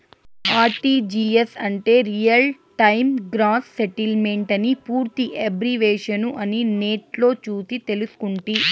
RTGS అంటే real time gross సెటిల్మెంటని పూర్తి ఎబ్రివేషను అని నెట్లో సూసి తెల్సుకుంటి